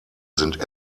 sind